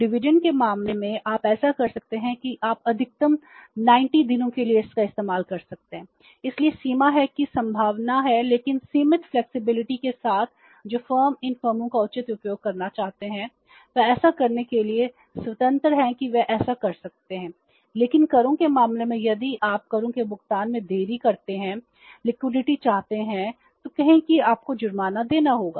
dividend flexibility चाहते हैं तो कहें कि आपको जुर्माना देना होगा